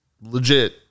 legit